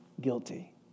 Guilty